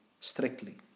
strictly